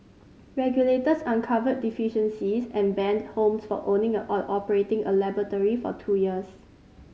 regulators uncovered deficiencies and banned Holmes from owning or operating a laboratory for two years